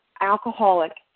alcoholic